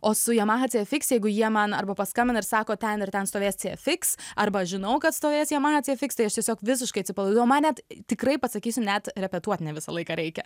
o su yamaha cfx jeigu jie man arba paskambina ir sako ten ir ten stovės cfx arba žinau kad stovės jie yamaha cfx tai aš tiesiog visiškai atsipalaiduoju man net tikrai pasakysiu net repetuot ne visą laiką reikia